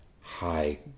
high